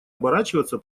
оборачиваться